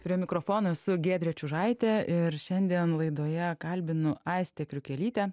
prie mikrofono su giedre čiužaite ir šiandien laidoje kalbinu aistę kriukelytę